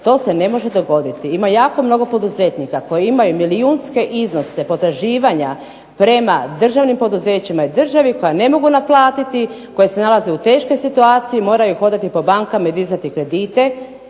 to se ne može dogoditi. Ima jako mnogo poduzetnika koji imaju milijunske iznose, potraživanja prema državnim poduzećima i državi koja ne mogu naplatiti, koja se nalaze u teškoj situaciji i moraju hodati po bankama i dizati kredite